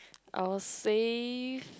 I will say